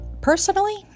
personally